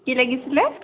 কি লাগিছিলে